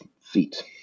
feet